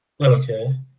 Okay